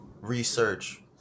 research